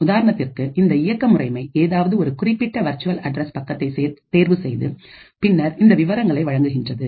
உதாரணத்திற்கு இந்த இயக்க முறைமை ஏதாவது ஒரு குறிப்பிட்ட வர்ச்சுவல்அட்ரஸ்பக்கத்தை தேர்வு செய்து பின்னர் இந்த விவரங்களை வழங்குகின்றது